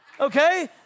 okay